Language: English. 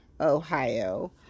ohio